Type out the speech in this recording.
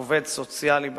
עובד סוציאלי בהכשרתו,